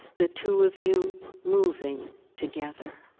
the two of you moving together.